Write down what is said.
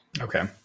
Okay